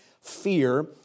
fear